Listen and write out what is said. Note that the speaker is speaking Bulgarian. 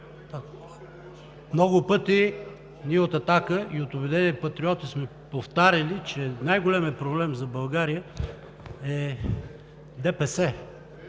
много пъти ние от „Атака“ и от „Обединени патриоти“ сме повтаряли, че най-големият проблем за България е ДПС